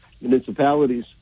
municipalities